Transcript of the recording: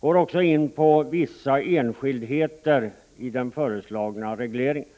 går också in på vissa enskildheter i den föreslagna regleringen.